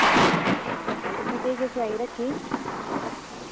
हां ते तुसें केह् केह् सेआई रक्खी